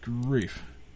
grief